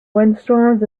windstorms